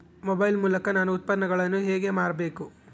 Mobile ಮೂಲಕ ನಾನು ಉತ್ಪನ್ನಗಳನ್ನು ಹೇಗೆ ಮಾರಬೇಕು?